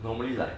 normally like